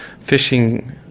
fishing